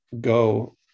go